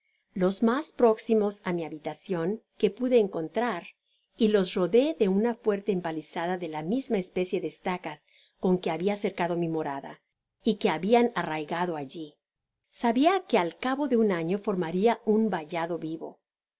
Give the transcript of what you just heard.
los mas próximos á mi habitacion que pude encontrar y los rodeé de una fuerte empalizada de la misma especie de estacas con que habia cercado mi morada y que habian arraigado alli sabia que al cabo de un año formaria un vallado vivo